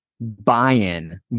buy-in